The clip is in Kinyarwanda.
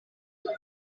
muri